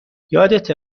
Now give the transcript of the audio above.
یادته